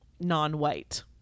non-white